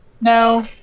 No